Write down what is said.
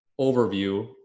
overview